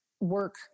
work